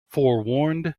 forewarned